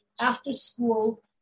after-school